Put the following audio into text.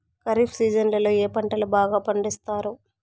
ఖరీఫ్ సీజన్లలో ఏ పంటలు బాగా పండిస్తారు